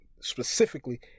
specifically